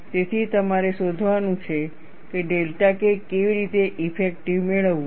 તેથી તમારે શોધવાનું છે કે ડેલ્ટા K કેવી રીતે ઇફેક્ટિવ મેળવવું